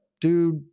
Dude